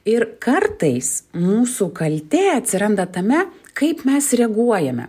ir kartais mūsų kaltė atsiranda tame kaip mes reaguojame